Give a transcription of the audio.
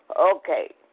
Okay